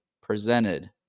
presented